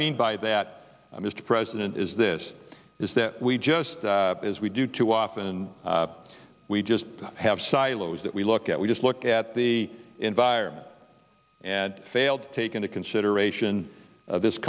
mean by that mr president is this is that we just as we do too often and we just have silos that we look at we just look at the environment and fail to take into consideration this